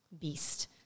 beast